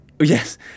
Yes